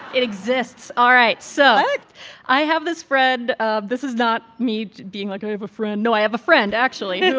it exists. all right. so i have this friend. ah this is not me being like, i have a friend. no, i have a friend, actually,